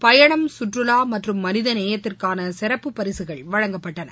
பயணம் சுற்றுலா மற்றும் மனித நேயத்திற்கான சிறப்பு பரிசுகள் வழங்கப்பட்டன